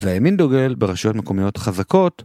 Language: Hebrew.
‫והימין דוגל ברשויות מקומיות חזקות.